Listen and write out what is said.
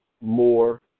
more